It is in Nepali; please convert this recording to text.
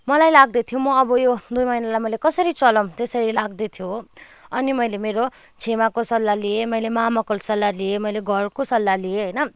मलाई लाग्दै थियो म अब यो दुई महिनालाई मैले कसरी चलाऊँ त्यसरी लाग्दै थियो हो अनि मैले मेरो छेमाको सल्लाह लिएँ मैले मामाको सल्लाह लिएँ मैले घरको सल्लाह लिएँ होइन